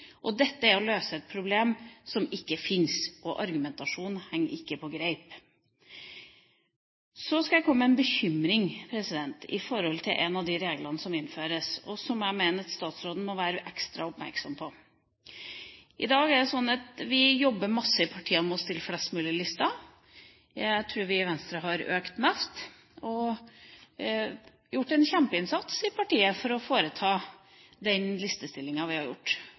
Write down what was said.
måten. Dette er å løse et problem som ikke fins, og argumentasjonen henger ikke på greip. Så skal jeg komme med en bekymring i forhold til en av de reglene som innføres, og som jeg mener at statsråden må være ekstra oppmerksom på. I dag jobber vi masse i partiene med å stille flest mulig lister. Jeg tror vi i Venstre har økt mest, og det er gjort en kjempeinnsats i partiet for å ha den listestillinga.